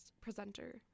presenter